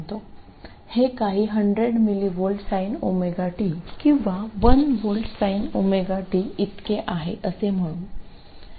हे काही 100mV sinωt किंवा 1 V sinωt इतके आहे असे म्हणू